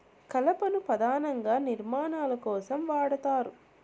కలపను పధానంగా నిర్మాణాల కోసం వాడతారు